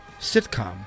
sitcom